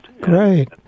great